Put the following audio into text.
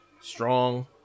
strong